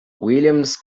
william’s